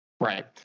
Right